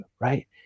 right